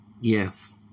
Yes